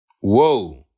Whoa